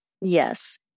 Yes